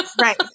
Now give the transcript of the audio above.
Right